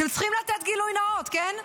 אתם צריכים לתת גילוי נאות, כן?